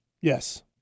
Yes